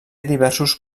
diversos